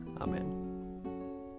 Amen